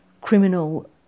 criminal